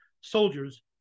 soldiers